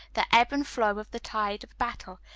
the ebb and flow of the tide of battle,